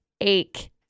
ache